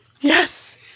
Yes